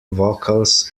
vocals